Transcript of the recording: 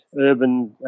urban